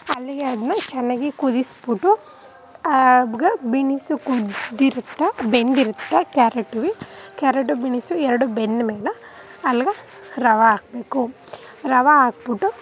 ಅಲ್ಲಿಗೆ ಅದನ್ನ ಚೆನ್ನಾಗಿ ಕುದಿಸಿಬಿಟ್ಟು ಆಗ ಬಿನಿಸು ಕುದ್ದಿರುತ್ತಾ ಬೆಂದಿರುತ್ತಾ ಕ್ಯಾರೆಟು ಭೀ ಕ್ಯಾರೆಟು ಬಿನಿಸು ಎರಡು ಬೆಂದ್ಮೇಲೆ ಅಲ್ಗೆ ರವೆ ಹಾಕ್ಬೇಕು ರವೆ ಹಾಕ್ಬಿಟ್ಟು